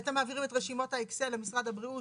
אתם מעבירים את רשימות האקסל למשרד הבריאות,